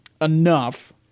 enough